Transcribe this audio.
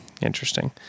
interesting